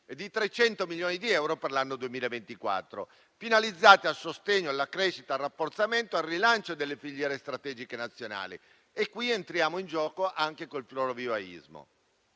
di 300 milioni di euro per l'anno 2024, finalizzati al sostegno, alla crescita, al rafforzamento e al rilancio delle filiere strategiche nazionali. Qui entriamo in gioco anche col florovivaismo.